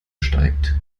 steigt